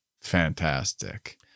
fantastic